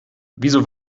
wieso